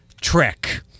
trick